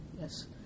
yes